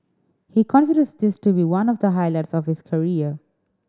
he considers this to be one of the highlights of his career